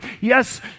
Yes